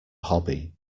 hobby